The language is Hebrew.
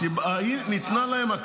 אה, כמובן.